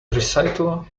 recital